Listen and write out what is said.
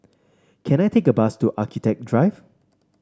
can I take a bus to Architecture Drive